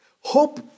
hope